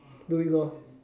two weeks lor